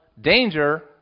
danger